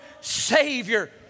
Savior